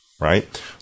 right